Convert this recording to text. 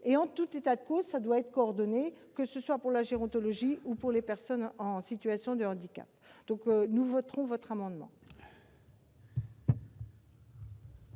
En tout état de cause, une telle action doit être coordonnée, que ce soit pour la gérontologie ou pour les personnes en situation de handicap. Nous, nous voterons donc cet amendement.